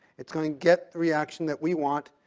it's going to get the reaction that we want,